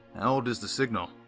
how old is the signal?